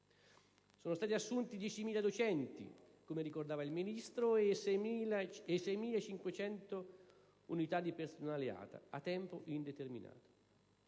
Sono stati assunto 10.000 docenti, come ricordava il Ministro, e 6.500 unità di personale ATA a tempo indeterminato.